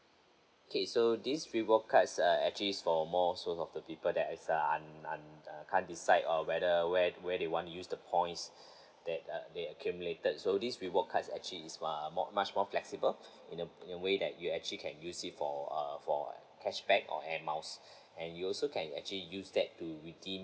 okay so this reward cards are actually for more so of the people that is a un~ un~ can't decide or whether where where they want use the points that they accumulated so this reward cards actually is err more much more flexible in a in a way that you actually can use it for uh for cashback or air miles and you also can actually use that to redeem